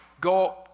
go